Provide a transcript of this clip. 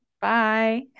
bye